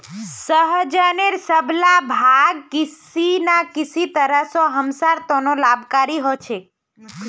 सहजनेर सब ला भाग किसी न किसी तरह स हमसार त न लाभकारी ह छेक